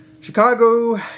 Chicago